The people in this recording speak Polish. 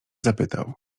zapytał